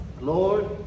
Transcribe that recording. Lord